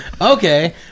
Okay